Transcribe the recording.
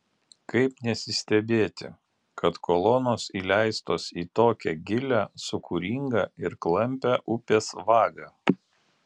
kaip nesistebėti kad kolonos įleistos į tokią gilią sūkuringą ir klampią upės vagą